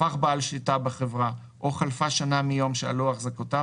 הפך בעל שליטה בחברה או חלפה שנה מיום שעלו החזקותיו